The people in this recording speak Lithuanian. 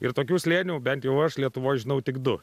ir tokių slėnių bent jau aš lietuvoj žinau tik du